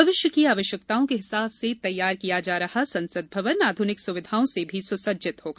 भविष्य की आवश्यकताओं के हिसाब से तैयार किये जा रहा संसद भवन आधुनिक सुविधाओं से भी सुसज्जित होगा